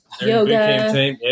Yoga